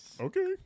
okay